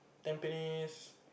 Tampines